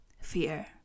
fear